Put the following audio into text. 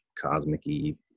cosmic-y